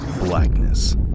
blackness